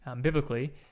Biblically